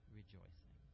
rejoicing